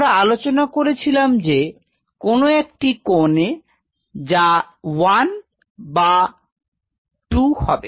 আমরা আলোচনা করেছিলাম যে কোন একটি কোনে যা 1বা 2 হবে